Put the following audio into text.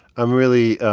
i'm really